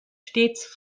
stets